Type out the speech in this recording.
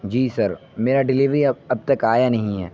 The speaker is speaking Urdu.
جی سر میرا ڈلیوری اب تک آیا نہیں ہے